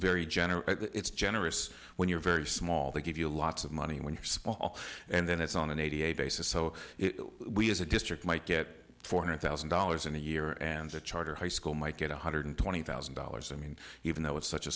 very general it's generous when you're very small they give you lots of money when you're small and then it's on an eighty eight basis so we as a district might get four hundred thousand dollars a year and the charter high school might get one hundred twenty thousand dollars i mean even though it's such a